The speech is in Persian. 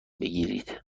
بگیرید